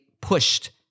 pushed